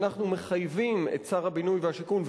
אנחנו מחייבים את שר הבינוי והשיכון,